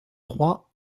trois